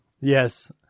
Yes